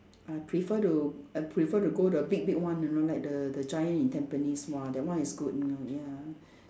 I prefer to I prefer to go the big big one you know like the the Giant in Tampines !wah! that one is good you know ya